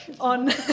on